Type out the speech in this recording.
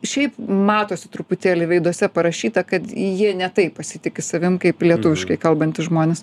šiaip matosi truputėlį veiduose parašyta kad jie ne taip pasitiki savim kaip lietuviškai kalbantys žmonės